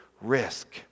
risk